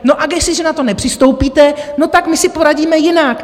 No a jestliže na to nepřistoupíte, no tak my si poradíme jinak.